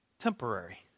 Temporary